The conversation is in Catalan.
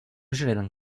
generen